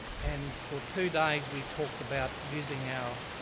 and for two days, we talked about using our,